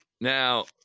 Now